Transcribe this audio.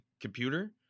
computer